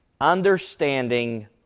understanding